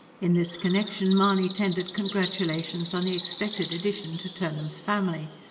in this connection, mahony tendered congratulations on the expected addition to turnham's family.